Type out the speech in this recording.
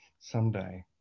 Someday